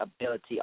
ability